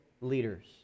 leaders